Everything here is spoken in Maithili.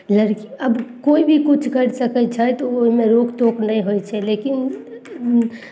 लड़की आब कोइ भी किछु करि सकय छथि ओइमे रोकटोक नहि होइ छै लेकिन